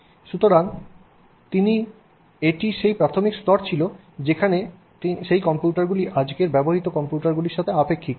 সুতরাং এটি সেই প্রাথমিক স্তর ছিল যেখানে সেই কম্পিউটারগুলি আজকের ব্যবহৃত কম্পিউটারগুলির সাথে আপেক্ষিক ছিল